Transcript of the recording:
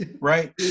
Right